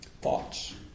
Thoughts